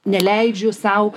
neleidžiu sau